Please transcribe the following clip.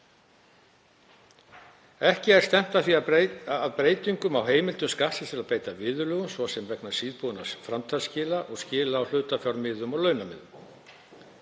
Ekki er stefnt að breytingu á heimildum Skattsins til að beita viðurlögum, svo sem vegna síðbúinna framtalsskila og skila á hlutafjármiðum og launamiðum.